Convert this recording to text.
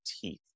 teeth